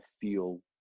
feel